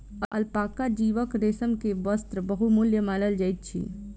alpaca जीवक रेशम के वस्त्र बहुमूल्य मानल जाइत अछि